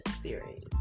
series